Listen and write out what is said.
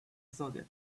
zodiac